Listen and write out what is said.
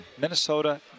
Minnesota